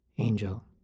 angel